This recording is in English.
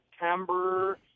September